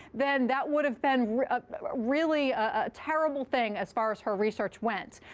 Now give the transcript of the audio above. then that would have been really a terrible thing as far as her research went.